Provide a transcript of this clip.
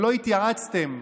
שלא התייעצתם,